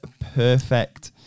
perfect